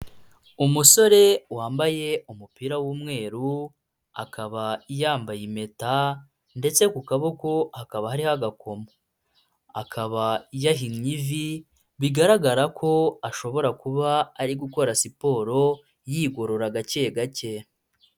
Umusore wambaye umupira w'umweru, akaba yambaye impeta, ndetse ku kaboko hakaba hariho agakoma. Akaba yahinnye ivi, bigaragara ko ashobora kuba ari gukora siporo, yigorora gake gake.